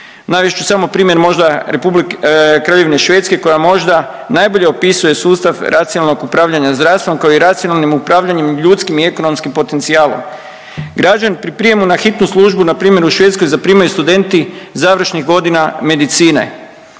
Navest ću samo primjer možda Kraljevine Švedske koja možda najbolje opisuje sustav racionalnog upravljanja zdravstvom kao i racionalnim upravljanjem ljudskim i ekonomskim potencijalom. Građane pri prijemu na hitnu službu npr. u Švedskoj zaprimaju studenti završnih godina medicine